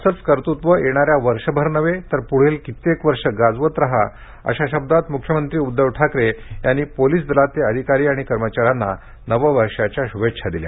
असंच कर्तृत्व येणाऱ्या वर्षभर नव्हे तर पुढील कित्येक वर्षं गाजवत राहा अशा शब्दांत मुख्यमंत्री उद्धव ठाकरे यांनी पोलिस दलातले अधिकारी कर्मचाऱ्यांना नववर्षाच्या शुभेच्छा दिल्या